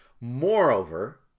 Moreover